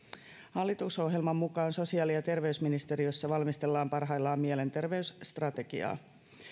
hallitusohjelman mukaan sosiaali ja terveysministeriössä valmistellaan parhaillaan mielenterveysstrategiaa